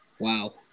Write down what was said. Wow